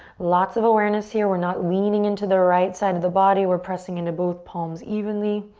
lots of awareness here. we're not leaning into the right side of the body. we're pressing into both palms evenly.